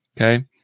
Okay